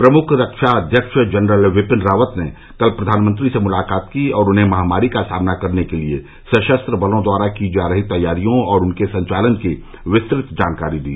प्रमुख रक्षा अध्यक्ष जनरल बिपिन रावत ने कल प्रधानमंत्री से मुलाकात की और उन्हें महामारी का सामना करने के लिए सशस्त्र बलों द्वारा की जा रही तैयारियों और उनके संचालन की विस्तृत जानकारी दी